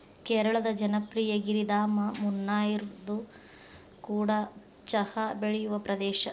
ಕೇರಳದ ಜನಪ್ರಿಯ ಗಿರಿಧಾಮ ಮುನ್ನಾರ್ಇದು ಕೂಡ ಚಹಾ ಬೆಳೆಯುವ ಪ್ರದೇಶ